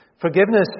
Forgiveness